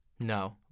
No